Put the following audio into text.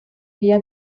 via